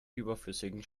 überflüssigen